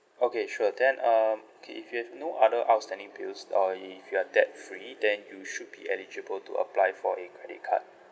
okay sure then um okay if you have no other outstanding bills or if you are debt free then you should be eligible to apply for a credit card